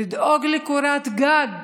לדאוג לקורת גג